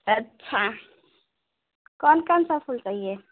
अच्छा कौन कौन सा फूल चाहिए